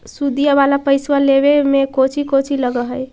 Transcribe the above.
सुदिया वाला पैसबा लेबे में कोची कोची लगहय?